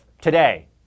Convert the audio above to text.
today